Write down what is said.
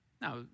Now